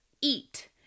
eat